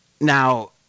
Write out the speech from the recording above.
Now